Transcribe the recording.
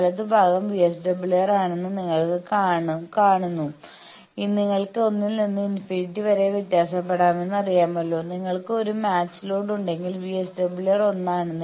വലതുഭാഗം VSWR ആണെന്ന് നിങ്ങൾ കാണുന്നു നിങ്ങൾക്ക് ഒന്നിൽ നിന്ന് ഇൻഫിനിറ്റി വരെ വ്യത്യാസപ്പെടാമെന്ന് അറിയാമല്ലോ നിങ്ങൾക്ക് ഒരു മാച്ച് ലോഡ് ഉണ്ടെങ്കിൽ VSWR 1 ആണ്